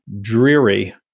dreary